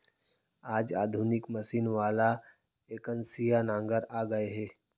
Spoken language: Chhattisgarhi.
आज आधुनिक मसीन वाला एकनसिया नांगर आ गए हे